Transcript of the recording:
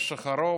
יש לך רוב.